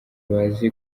bazi